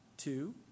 Two